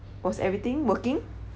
was everything working